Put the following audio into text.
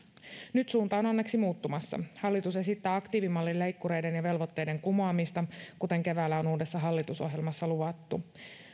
nyt suunta on onneksi muuttumassa hallitus esittää aktiivimallin leikkureiden ja velvoitteiden kumoamista kuten keväällä on uudessa hallitusohjelmassa luvattu